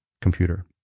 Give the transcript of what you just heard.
computer